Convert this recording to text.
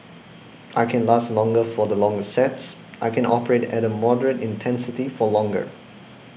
I can last longer for the longer sets I can operate at a moderate intensity for longer